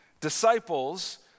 Disciples